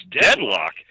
deadlock